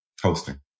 Hosting